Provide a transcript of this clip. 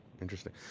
interesting